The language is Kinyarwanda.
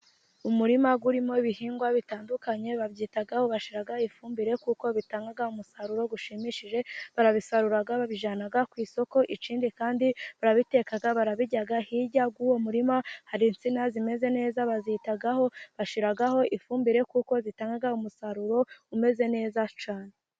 Umurima urimo ibihingwa bitandukanye babyitaho, bashyiraho ifumbire kuko bitanga umusaruro ushimishije. Barabisarura, babijyana ku isoko, ikindi kandi barabiteka, barabirya. Hirya y'uwo murima hari insina zimeze neza bazitaho, bashyiraho ifumbire kuko zitanga umusaruro umeze neza cyane.